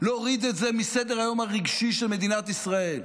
להוריד את זה מסדר-היום הרגשי של מדינת ישראל,